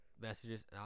messages